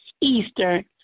Eastern